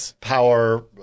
power